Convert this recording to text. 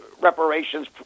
reparations